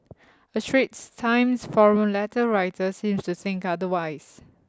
a Straits Times forum letter writer seems to think otherwise